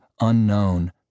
unknown